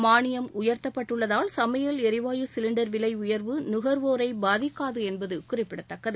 மானியம் உயர்த்தப்பட்டுள்ளதால் சமையல் எரிவாயு சிலிண்டர் விலை உயர்வு நுகர்வோரை பாதிக்காது என்பது குறிப்பிடத்தக்கது